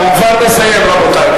הוא כבר מסיים, רבותי.